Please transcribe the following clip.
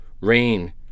Rain